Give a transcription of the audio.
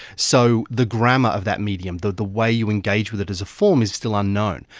so the grammar of that medium, the the way you engage with it as a form is still unknown.